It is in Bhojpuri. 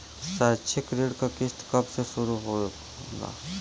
शैक्षिक ऋण क किस्त कब से शुरू होला?